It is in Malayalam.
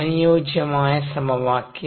അനുയോജ്യമായ സമവാക്യം